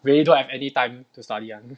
really don't have any time to study [one]